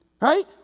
Right